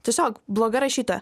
tiesiog bloga rašytoja